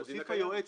זה הדין הקיים.